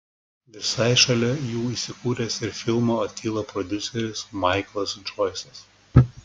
visai šalia jų įsikūręs ir filmo atila prodiuseris maiklas džoisas